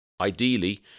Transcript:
Ideally